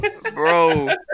Bro